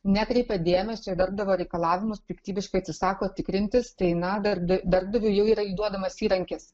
nekreipia dėmesio į darbdavio reikalavimus piktybiškai atsisako tikrintis tai na darbda darbdaviui jau yra įduodamas įrankis